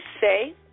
say